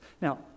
Now